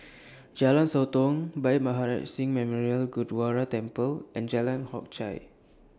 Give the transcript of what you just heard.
Jalan Sotong Bhai Maharaj Singh Memorial Gurdwara Temple and Jalan Hock Chye